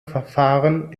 verfahren